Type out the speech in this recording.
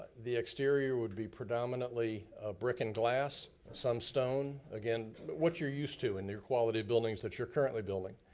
the exterior would be predominantly brick and glass, some stone, again, but what you're used to in your quality buildings that you're currently building.